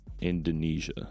indonesia